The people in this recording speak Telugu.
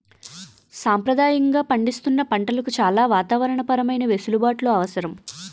సంప్రదాయంగా పండిస్తున్న పంటలకు చాలా వాతావరణ పరమైన వెసులుబాట్లు అవసరం